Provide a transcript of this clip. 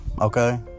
okay